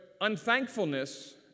unthankfulness